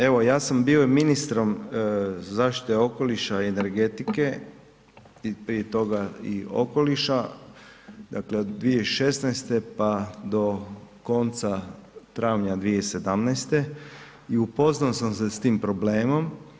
Evo ja sam bio i ministrom zaštite okoliša i energetike i prije toga i okoliša, dakle od 2016. pa do konca travnja 2017. u poznao sam se s tim problemom.